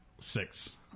six